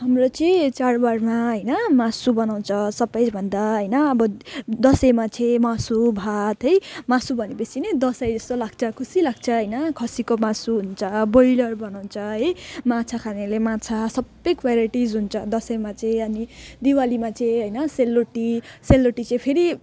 हाम्रो चाहिँ चाडबाडमा होइन मासु बनाउँछ सबैभन्दा होइन अब दसैँमा चाहिँ मासु भात है मासु भनेपछि नै दसैँ जस्तो लाग्छ खुसी लाग्छ होइन खसीको मासु हुन्छ बोइलर बनाउँछ है माछा खानेले माछा सबै क्वालिटिस हुन्छ दसैँमा चाहिँ अनि दिवालीमा चाहिँ होइन सेलरोटी सेलरोटी चाहिँ फेरि